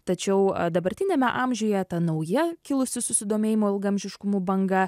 tačiau dabartiniame amžiuje ta nauja kilusi susidomėjimo ilgaamžiškumu banga